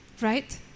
Right